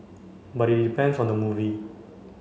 but it depends on the movie